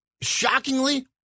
shockingly